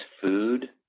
food